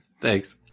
Thanks